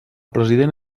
president